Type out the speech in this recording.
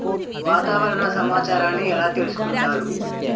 వాతావరణ సమాచారాన్ని ఎలా తెలుసుకుంటారు?